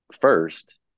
first